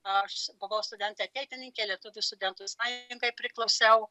aš buvau studentė ateitininkė lietuvių studentų sąjungai priklausiau